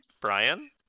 Brian